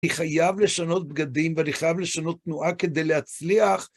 אני חייב לשנות בגדים ואני חייב לשנות תנועה כדי להצליח.